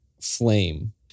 flame